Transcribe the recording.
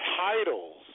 titles